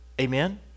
amen